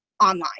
online